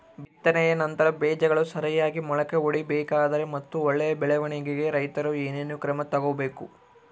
ಬಿತ್ತನೆಯ ನಂತರ ಬೇಜಗಳು ಸರಿಯಾಗಿ ಮೊಳಕೆ ಒಡಿಬೇಕಾದರೆ ಮತ್ತು ಒಳ್ಳೆಯ ಬೆಳವಣಿಗೆಗೆ ರೈತರು ಏನೇನು ಕ್ರಮ ತಗೋಬೇಕು?